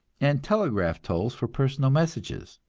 and telegraph tolls for personal messages.